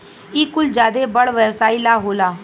इ कुल ज्यादे बड़ व्यवसाई ला होला